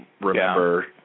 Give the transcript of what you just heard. remember